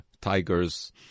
Tiger's